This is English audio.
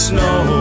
Snow